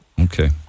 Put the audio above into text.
Okay